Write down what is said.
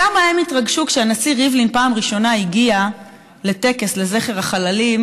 כמה הם התרגשו כשהנשיא ריבלין הגיע בפעם הראשונה לטקס לזכר החללים,